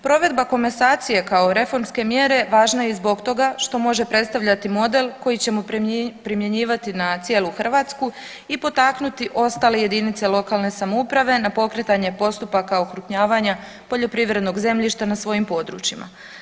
Provedba komasacije kao reformske mjere važna je i zbog toga što može predstavljati model koji ćemo primjenjivati na cijelu Hrvatsku i potaknuti ostale JLS na pokretanje postupaka okrupnjavanja poljoprivrednog zemljišta na svojim područjima.